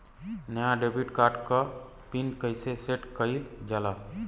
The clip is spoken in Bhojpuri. नया डेबिट कार्ड क पिन कईसे सेट कईल जाला?